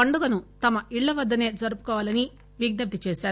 పండుగను తమ ఇళ్ళవద్దనే జరుపుకోవాలని విజ్ఞప్తి చేశారు